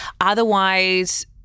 Otherwise